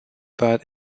but